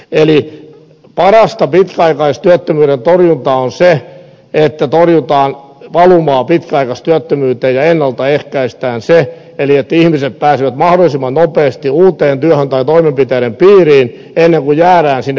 eli parasta pitkäaikaistyöttömyyden torjuntaa on se että torjutaan valumaa pitkäaikaistyöttömyyteen ja ennalta ehkäistään se niin että ihmiset pääsevät mahdollisimman nopeasti uuteen työhön tai toimenpiteiden piiriin ennen kuin jäädään sinne pitkäaikaistyöttömyyteen asti